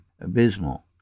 abysmal